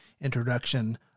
introduction